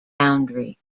boundary